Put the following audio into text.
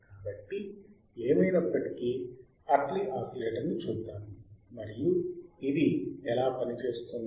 కాబట్టి ఏమైనప్పటికీ Hartley oscillator ని చూద్దాం మరియు ఇది ఎలా పని చేస్తుంది